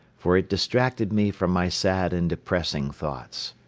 for it distracted me from my sad and depressing thoughts.